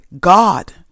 God